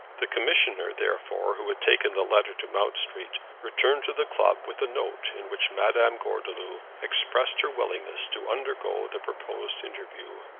the commissioner, therefore, who had taken the letter to mount street, returned to the club with a note in which madame gordeloup expressed her willingness to undergo the proposed interview.